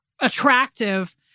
attractive